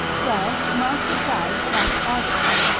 well, martha died last august.